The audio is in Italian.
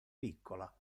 piccola